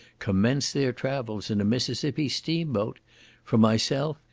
commence their travels in a mississippi steam boat for myself,